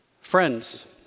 Friends